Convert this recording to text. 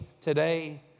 today